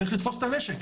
צריך לתפוס את הנשק,